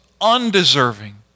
undeserving